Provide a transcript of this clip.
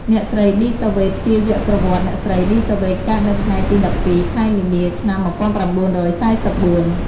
អ្នកស្រី ឌី សាវ៉េត ជីវប្រវត្តិ អ្នកស្រី ឌី សាវ៉េត កើតនៅថ្ងៃទី១២ ខែមីនា ឆ្នាំ១៩៤៤។